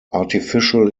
artificial